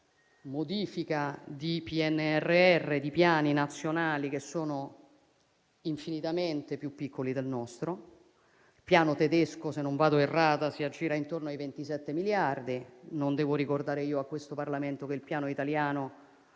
modifica di Piani nazionali che sono infinitamente più piccoli del nostro: il Piano tedesco, se non vado errata, si aggira intorno ai 27 miliardi e non devo ricordare io a questo Parlamento che il Piano italiano